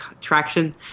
traction